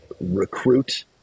recruit